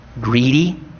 greedy